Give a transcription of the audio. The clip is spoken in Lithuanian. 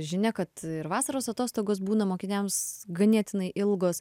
žinia kad ir vasaros atostogos būna mokiniams ganėtinai ilgos